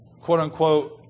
quote-unquote